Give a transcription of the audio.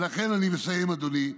ולכן, אני מסיים, אדוני,